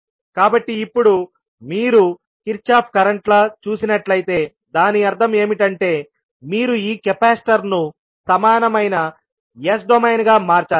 కాబట్టి ఇప్పుడు మీరు కిర్చాఫ్ కరెంట్ లా చూసినట్లయితే దాని అర్థం ఏమిటంటే మీరు ఈ కెపాసిటర్ను సమానమైన S డొమైన్గా మార్చాలి